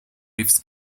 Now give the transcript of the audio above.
riffs